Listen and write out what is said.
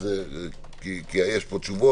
אני רוצה תשובות.